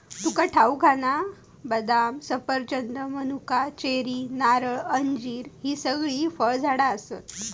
तुका ठाऊक हा ना, बदाम, सफरचंद, मनुका, चेरी, नारळ, अंजीर हि सगळी फळझाडा आसत